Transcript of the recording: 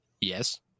Yes